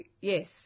yes